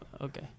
Okay